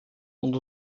und